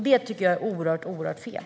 Det tycker jag är oerhört fel.